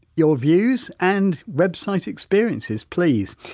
your views and website experiences please.